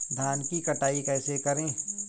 धान की कटाई कैसे करें?